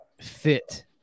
fit